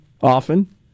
often